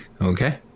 okay